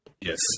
Yes